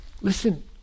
Listen